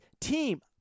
team